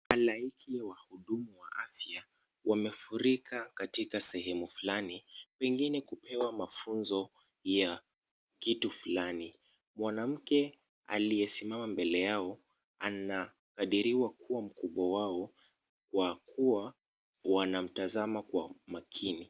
Halaiki ya wahudumu wa afya wamefurika katika sehemu fulani, pengine kupewa mafunzo ya kitu fulani. Mwanamke aliyesimama mbele yao anakadiriwa kuwa mkubwa wao, kwa kuwa wanamtazama kwa makini.